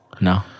no